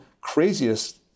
craziest